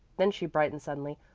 then she brightened suddenly.